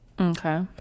okay